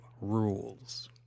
rules